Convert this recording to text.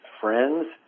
friends